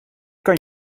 kan